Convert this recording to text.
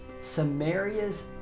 Samaria's